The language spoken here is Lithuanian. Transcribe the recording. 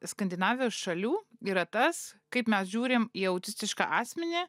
skandinavijos šalių yra tas kaip mes žiūrim į autistišką asmenį